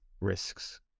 risks